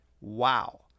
Wow